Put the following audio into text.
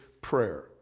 prayer